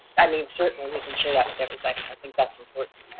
i mean, certainly we can share that with everybody. i think that's important.